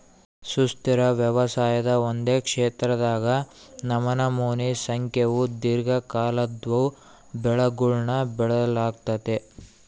ಸುಸ್ಥಿರ ವ್ಯವಸಾಯದಾಗ ಒಂದೇ ಕ್ಷೇತ್ರದಾಗ ನಮನಮೋನಿ ಸಂಖ್ಯೇವು ದೀರ್ಘಕಾಲದ್ವು ಬೆಳೆಗುಳ್ನ ಬೆಳಿಲಾಗ್ತತೆ